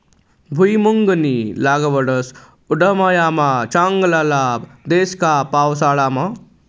भुईमुंगनी लागवड उंडायामा चांगला लाग देस का पावसाळामा